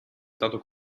stato